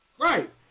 Right